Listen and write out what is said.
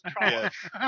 Yes